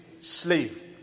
slave